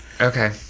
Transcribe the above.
Okay